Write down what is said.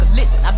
listen